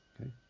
Okay